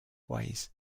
ways